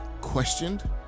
questioned